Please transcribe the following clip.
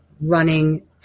running